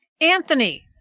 Anthony